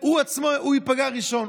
לחקיקת החוק הנורבגי היו ראשי ממשלה,